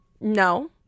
No